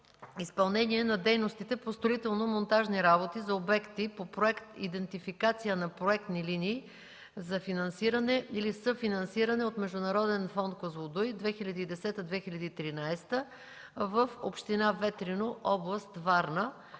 изпълнение на дейностите по строително-монтажни работи за обекти по проект „Идентификация на проектни линии за финансиране или съфинансиране от Международен фонд „Козлодуй” (2010-2013)” в община Ветрино, област Варна.